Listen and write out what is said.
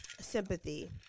sympathy